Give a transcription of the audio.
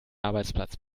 arbeitsplatz